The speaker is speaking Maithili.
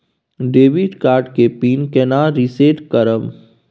डेबिट कार्ड के पिन केना रिसेट करब?